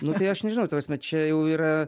nu tai aš nežinau ta prasme čia jau yra